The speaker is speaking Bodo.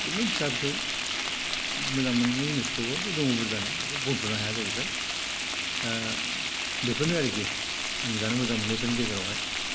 बिदिनो फिसा फिसौ मोजां मोननाय जिनिसखौ दङ बुरजानो बेखौ बुंथ'नो हाया जाहैबाय दा बेफोरनो आरोखि आं जानो मोजां मोननायफोरनि गेजेरावहाय